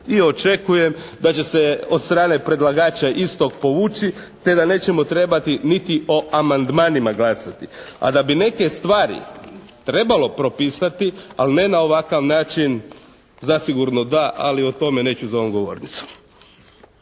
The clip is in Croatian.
i očekujem da će se od strane predlagača istog povući te da nećemo trebati niti o amandmanima glasati. A da bi neke stvari trebalo propisati ali ne na ovakav način zasigurno da, ali o tome neću za ovom govornicom.